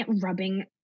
Rubbing